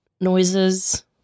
noises